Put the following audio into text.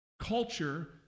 culture